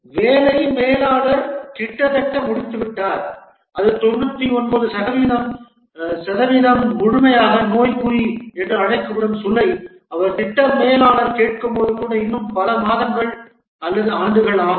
வேலை மேலாளர் கிட்டத்தட்ட முடிந்துவிட்டார் அது 99 சதவிகித முழுமையான நோய்க்குறி என்று அழைக்கப்படும் சொல்லை அவர் திட்ட மேலாளர் கேட்கும்போது கூட இன்னும் பல மாதங்கள் அல்லது ஆண்டுகள் ஆகும்